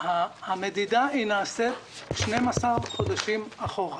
המדידה נעשית 12 חודשים אחורה.